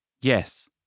yes